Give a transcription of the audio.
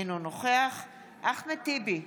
אינו נוכח אחמד טיבי,